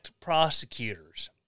prosecutors